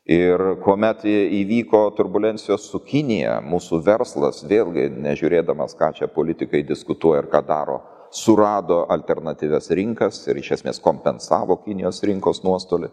ir kuomet įvyko turbulencijos su kinija mūsų verslas vėlgi nežiūrėdamas ką čia politikai diskutuoja ir ką daro surado alternatyvias rinkas ir iš esmės kompensavo kinijos rinkos nuostolį